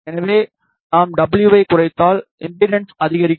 எனவே நாம் டபுள்யூஐக் குறைத்தால் என் இம்பிடண்ஸ் அதிகரிக்கும்